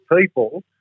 people